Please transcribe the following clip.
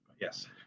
Yes